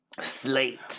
slate